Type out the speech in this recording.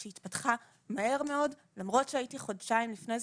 שהתפתחה מהר מאוד למרות שחודשיים לפני זה